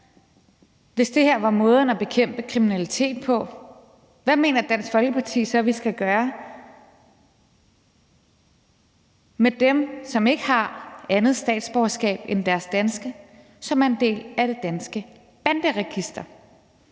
Hvis det her var måden at bekæmpe kriminalitet på, hvad mener Dansk Folkeparti så vi skal gøre med dem, som ikke har andet statsborgerskab end deres danske, og som er en del af det danske banderegister?